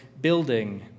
building